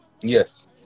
yes